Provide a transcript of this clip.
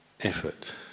Effort